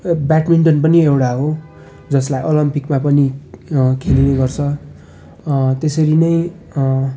badminton पनि एउटा हो जसलाई ओलम्पिकमा पनि खेलिने गर्छ त्यसरी नै